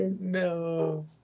No